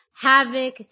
Havoc